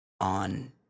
on